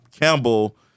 Campbell